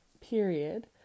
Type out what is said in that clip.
period